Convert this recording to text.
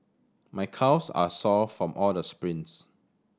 my calves are sore from all the sprints